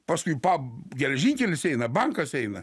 paskui pa geležinkelis eina bankas eina